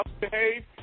behave